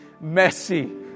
messy